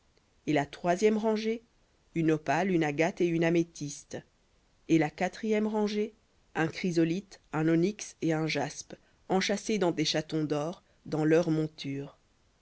et la troisième rangée une opale une agate et une améthyste et la quatrième rangée un chrysolithe un onyx et un jaspe elles seront enchâssées dans de l'or dans leurs montures